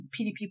pdp